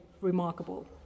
remarkable